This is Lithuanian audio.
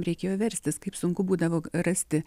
reikėjo verstis kaip sunku būdavo rasti